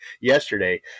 yesterday